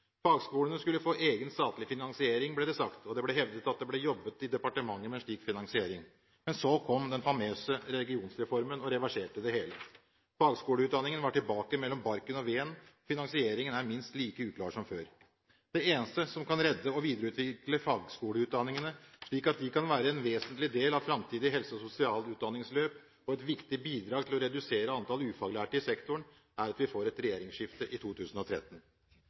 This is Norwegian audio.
Fagskolene skulle få egen statlig finansiering, ble det sagt, og det ble hevdet at det ble jobbet i departementet med slik finansiering. Men så kom den famøse regionsreformen og reverserte det hele. Fagskoleutdanningen var tilbake mellom barken og veden, og finansieringen er minst like uklar som før. Det eneste som kan redde og videreutvikle fagskoleutdanningene, slik at de kan være en vesentlig del av framtidig helse- og sosialutdanningsløp og et viktig bidrag til å redusere antall ufaglærte i sektoren, er at vi får et regjeringsskifte i 2013.